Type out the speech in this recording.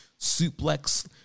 suplex